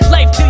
Life